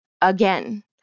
again